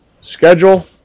Schedule